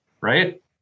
right